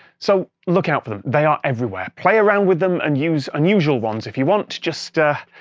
so look out for them. they are everywhere. play around with them and use unusual ones if you want, just,